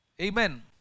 Amen